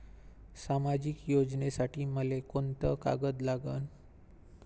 सामाजिक योजनेसाठी मले कोंते कागद लागन?